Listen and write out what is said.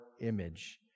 image